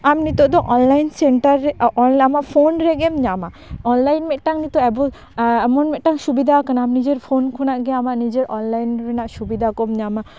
ᱟᱢ ᱱᱤᱛᱚᱜ ᱫᱚ ᱚᱱᱞᱟᱭᱤᱱ ᱥᱮᱱᱴᱟᱨ ᱨᱮ ᱟᱢᱟᱜ ᱯᱷᱳᱱ ᱨᱮᱜᱮᱢ ᱧᱟᱢᱟ ᱚᱱᱞᱟᱭᱤᱱ ᱢᱤᱫᱴᱟᱝ ᱱᱤᱛᱚᱜ ᱟᱵᱳ ᱮᱢᱚᱱ ᱢᱤᱫᱴᱟᱝ ᱥᱩᱵᱤᱫᱷᱟ ᱠᱟᱱᱟ ᱱᱤᱡᱮᱨ ᱯᱷᱳᱱ ᱠᱷᱚᱱᱟᱜ ᱜᱮ ᱟᱢᱟᱜ ᱱᱤᱡᱮᱨ ᱚᱱᱞᱟᱭᱤᱱ ᱨᱮᱱᱟᱜ ᱥᱩᱵᱤᱫᱷᱟ ᱠᱚᱢ ᱧᱟᱢᱟ